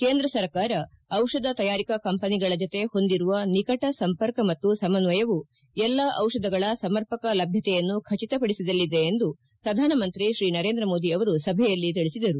ಕೇಂದ್ರ ಸರ್ಕಾರ ಜಿಷಧ ತಯಾರಿಕಾ ಕಂಪನಿಗಳ ಜತೆ ಹೊಂದಿರುವ ನಿಕಟ ಸಂಪರ್ಕ ಮತ್ತು ಸಮನ್ನಯವು ಎಲ್ಲಾ ಜಿಷಧಗಳ ಸಮರ್ಪಕ ಲಭ್ಯತೆಯನ್ನು ಖಚಿತಪಡಿಸಲಿದೆ ಎಂದು ಪ್ರಧಾನ ಮಂತ್ರಿ ಶ್ರೀ ನರೇಂದ್ರ ಮೋದಿ ಅವರು ಸಭೆಯಲ್ಲಿ ತಿಳಿಸಿದರು